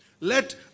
Let